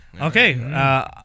Okay